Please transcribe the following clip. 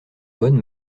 bonne